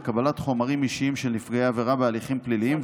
לקבלת חומרים אישיים של נפגעי עבירה בהליכים פליליים,